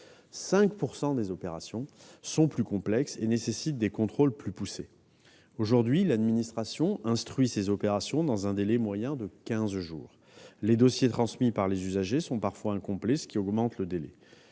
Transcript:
5 % des opérations sont plus complexes et nécessitent des contrôles plus poussés. Aujourd'hui, l'administration instruit ces opérations dans un délai moyen de quinze jours. Les dossiers transmis par les usagers sont parfois incomplets, ce qui augmente ce délai.